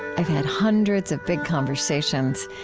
i've had hundreds of big conversations,